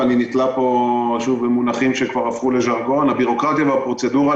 ואני נקלע פה שוב למונחים שהפכו לז'רגון הבירוקרטיה והפרוצדורה,